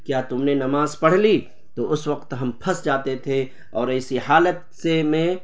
کیا تم نے نماز پڑھ لی تو اس وقت ہم پھنس جاتے تھے اور ایسی حالت سے میں